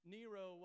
Nero